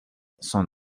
son